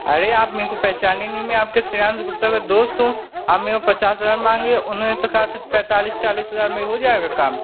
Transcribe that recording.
अरे आप मेरे को पहचानी नहीं मैं आपके सेयान्स गुप्ता का दोस्त हूँ आप मेरे से पचास हज़ार माँग रही हो उन्होंने तो कहा था पैंतालीस चालीस हज़ार में हो जाएगा काम